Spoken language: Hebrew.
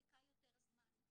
חיכה יותר זמן,